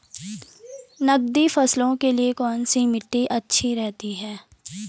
नकदी फसलों के लिए कौन सी मिट्टी अच्छी रहती है?